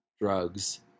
drugs